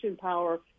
power